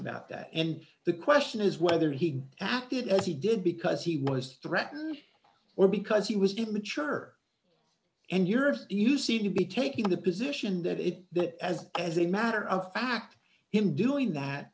about that and the question is whether he acted as he did because he was threatened or because he was to mature and europe you seem to be taking the position that it that as as a matter of fact him doing that